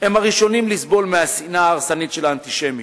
הם הראשונים לסבול מהשנאה ההרסנית של האנטישמיות,